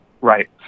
Right